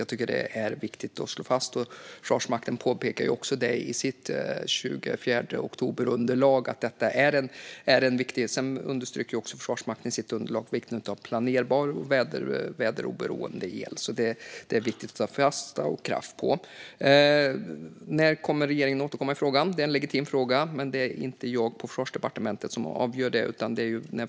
Jag tycker att det är viktigt att slå fast detta. Försvarsmakten påpekar också i sitt 24 oktober-underlag att detta är en viktig del. De understryker även i sitt underlag vikten av planerbar och väderoberoende el, så det är viktigt att slå fast och ägna kraft åt detta. När kommer regeringen att återkomma i frågan? Det är en legitim fråga, men det är inte jag och Försvarsdepartementet som avgör det.